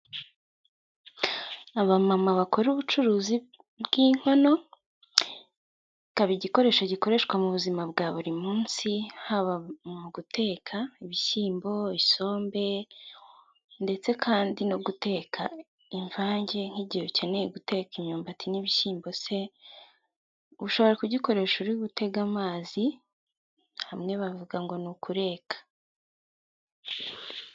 Abamama bakora ubucuruzi bw'inkono. Kikaba igikoresho gikoreshwa mu buzima bwa buri munsi, haba mu guteka ibishyimbo, isombe, ndetse kandi no guteka imvange, nk'igihe ukeneye guteka imyumbati n'ibishyimbo se, ushobora kugikoresha uri gutega amazi, hamwe bavuga ngo ni ukureka.